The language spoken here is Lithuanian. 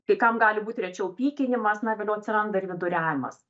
kai kam gali būt rečiau pykinimas na vėliau atsiranda ir viduriavimas